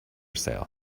sale